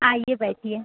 आइए बैठिए